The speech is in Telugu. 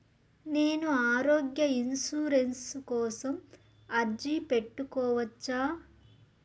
నేను ఆరోగ్య ఇన్సూరెన్సు కోసం అర్జీ పెట్టుకోవచ్చా?